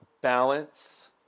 balance